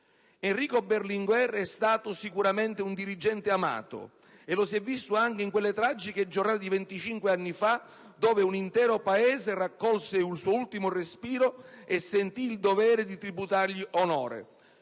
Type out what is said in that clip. Enrico Berlinguer è stato sicuramente un dirigente amato, e lo si è visto anche in quelle tragiche giornate di venticinque anni fa, quando un intero Paese raccolse il suo ultimo respiro e sentì il dovere di tributargli onore.